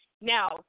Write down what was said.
Now